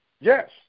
Yes